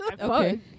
Okay